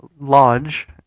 Lodge